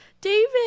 david